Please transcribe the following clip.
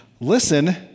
Listen